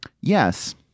Yes